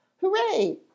Hooray